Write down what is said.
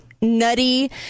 nutty